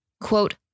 quote